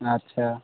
ଆଚ୍ଛା